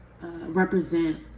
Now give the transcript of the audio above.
represent